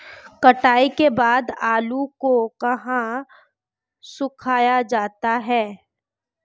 कटाई के बाद आलू को कहाँ सुखाया जाता है?